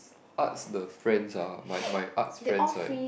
~s arts the friends ah my my art friends right